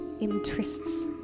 interests